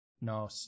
No